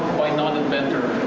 by non-inventor?